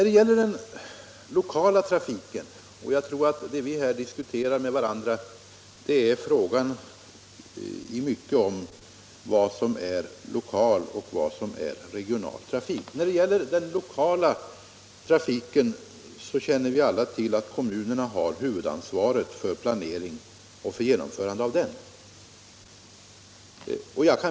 Det vi i dag diskuterar är i stor utsträckning vad som är att betrakta som lokal trafik och vad som är att betrakta som regional trafik. Vi känner alla till att kommunerna har huvudansvaret för planering och genomförande av den lokala trafiken.